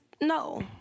No